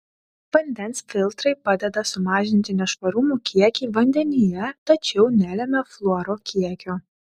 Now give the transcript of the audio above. vandens filtrai padeda sumažinti nešvarumų kiekį vandenyje tačiau nelemia fluoro kiekio